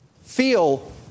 feel